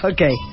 Okay